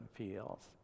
feels